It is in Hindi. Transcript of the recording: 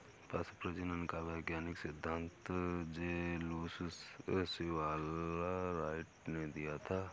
पशु प्रजनन का वैज्ञानिक सिद्धांत जे लुश सीवाल राइट ने दिया था